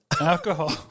Alcohol